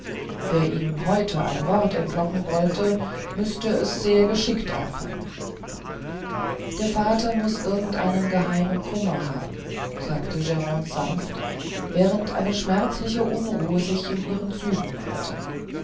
wer ihm heute ein wort entlocken wollte müßte es sehr geschickt anfangen der vater muß irgend einen geheimen kummer haben sagte grande sanft während eine schmerzliche unruhe sich in ihren zügen malte